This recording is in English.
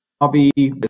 hobby